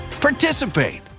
participate